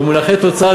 במונחי תוצר,